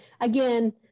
again